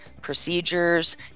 procedures